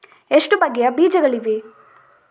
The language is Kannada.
ಎಷ್ಟು ಬಗೆಯ ಬೀಜಗಳಿವೆ?